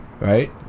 right